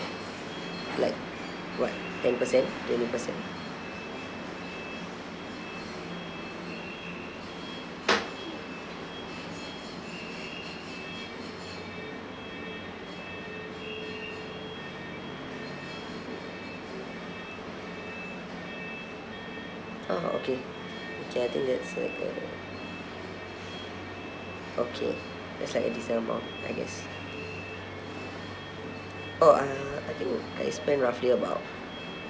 like what ten percent twenty percent oh okay okay I think that's it uh okay it's like a decent amount I guess oh uh I think I spend roughly about